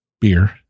beer